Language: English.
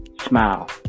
smile